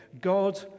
God